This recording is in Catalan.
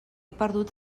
perdut